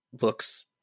looks